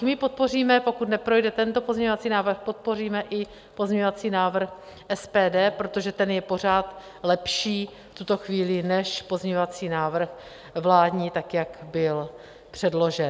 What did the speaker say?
My podpoříme, pokud neprojde tento pozměňovací návrh, podpoříme i pozměňovací návrh SPD, protože ten je pořád lepší v tuto chvíli než pozměňovací návrh vládní, jak byl předložen.